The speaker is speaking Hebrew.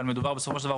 אבל בסופו של דבר,